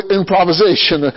improvisation